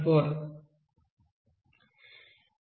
314